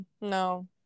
no